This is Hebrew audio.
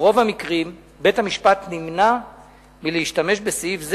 ברוב המקרים בית-המשפט נמנע מלהשתמש בסעיף זה,